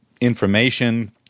information –